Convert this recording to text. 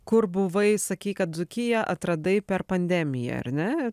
kur buvai sakei kad dzūkiją atradai per pandemiją ar ne